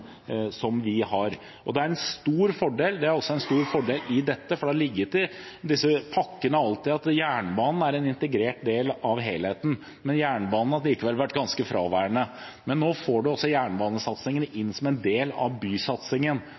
som vi har. Det er også en stor fordel i dette: Det har alltid ligget i disse pakkene at jernbanen er en integrert del av helheten – men jernbanen har likevel vært ganske fraværende. Nå får en jernbanesatsingen inn som en del av bysatsingen.